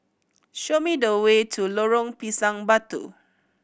show me the way to Lorong Pisang Batu